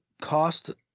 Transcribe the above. cost